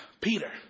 Peter